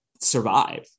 survive